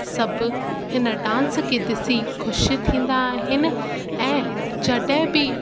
सभु हिन डांस खे ॾिसी ख़ुशि थींदा आहिनि ऐं जॾहिं बि